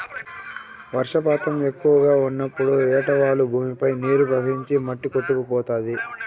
వర్షపాతం ఎక్కువగా ఉన్నప్పుడు ఏటవాలు భూమిపై నీరు ప్రవహించి మట్టి కొట్టుకుపోతాది